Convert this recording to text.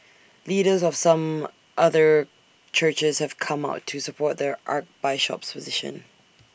leaders of some other churches have come out to support there Archbishop's position